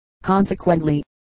consequently